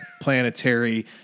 planetary